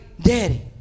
Daddy